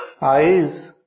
eyes